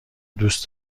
دوست